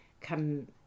come